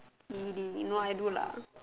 kidding no I do lah